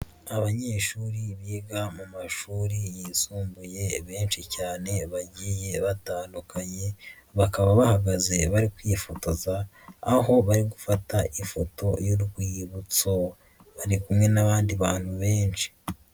Abanyeshuri biga mu mashuri yisumbuye benshi cyane bagiye batandukanye, bakaba bahagaze bari kwifotoza, aho bari gufata ifoto y'urwibutso. Bari kumwe n'abandi bantu benshi.